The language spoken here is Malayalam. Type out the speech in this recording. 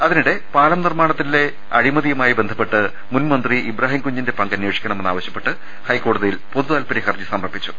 അതിനിടെ പാലം നിർമ്മാണത്തിന്റെ അഴിമതിയുമായി ബന്ധപ്പെട്ട് മുൻമന്ത്രി ഇബ്രാഹിം കുഞ്ഞിന്റെ പങ്ക് അനേഷിക്കണമെന്നാവശൃ പ്പെട്ട് ഹൈക്കോടതിയിൽ പൊതുതാൽപര്യ ഹർജി സമർപ്പിച്ചു